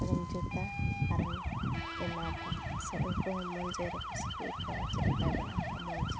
ᱡᱩᱛᱟ ᱟᱨᱮᱢ ᱮᱢᱟᱟᱠᱚᱣᱟ ᱥᱮ ᱩᱱᱠᱚᱦᱚᱸ ᱢᱚᱱ ᱡᱤᱣᱤᱨᱮ ᱠᱩᱥᱤᱠᱚ ᱟᱹᱭᱠᱟᱹᱣᱟ ᱪᱮᱫᱞᱮᱠᱟᱭ ᱵᱮᱱᱟᱣᱠᱟᱜᱼᱟ ᱢᱚᱡᱽ